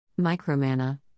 Micromana